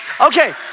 okay